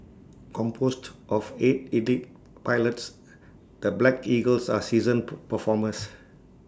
composed of eight elite pilots the black eagles are seasoned performers